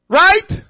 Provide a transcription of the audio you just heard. right